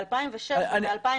באלפיים ושש ובאלפיים ועשר...